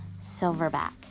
Silverback